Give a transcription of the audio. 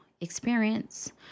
experience